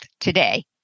today